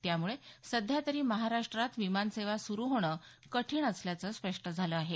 त्यामुळे सध्या तरी महाराष्ट्रात विमानसेवा सुरू होणं कठिण असल्याचं स्पष्ट झालं आहे